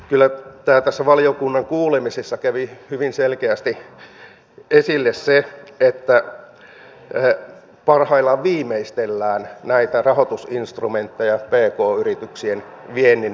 kyllä valiokunnan kuulemisissa kävi hyvin selkeästi esille se että parhaillaan viimeistellään näitä rahoitusinstrumentteja pk yrityksien viennin rahoittamiseksi